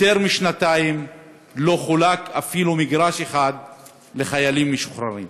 יותר משנתיים לא חולק אפילו מגרש אחד לחיילים משוחררים.